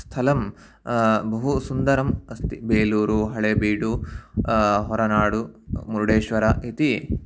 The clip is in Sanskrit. स्थलं बहु सुन्दरम् अस्ति बेलूरु हळेबीडु होरनाडु मुरुडेश्वरः इति